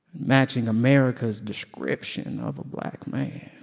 matching america's description of a black man